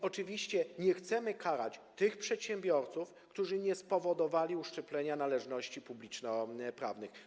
Oczywiście nie chcemy karać tych przedsiębiorców, którzy nie spowodowali uszczuplenia należności publicznoprawnych.